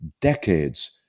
decades